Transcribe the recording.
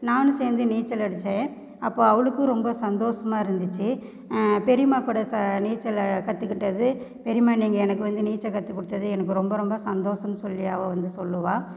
நானும் சேர்ந்து நீச்சல் அடித்தேன் அப்போ அவளுக்கு ரொம்ப சந்தோஷமாக இருந்துச்சு பெரியம்மா கூட ச நீச்சலை கற்றுக்கிட்டது பெரியம்மா நீங்கள் எனக்கு வந்து நீச்சல் கற்றுக் கொடுத்தது எனக்கு ரொம்ப ரொம்ப சந்தோஷம்னு சொல்லி அவள் வந்து சொல்லுவாள்